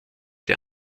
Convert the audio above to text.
der